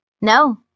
No